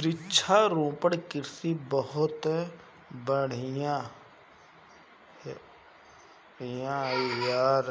वृक्षारोपण कृषि बहुत बड़ियार